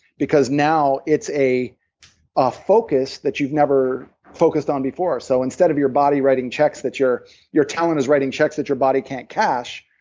because now it's a ah focus that you've never focused on before. so instead of your body writing checks that your your talent is writing checks that your body can't cash,